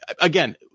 again